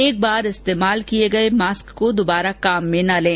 एक बार इस्तेमाल किए गए मास्क को दुबारा काम में न लें